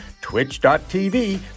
twitch.tv